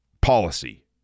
policy